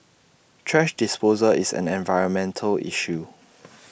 thrash disposal is an environmental issue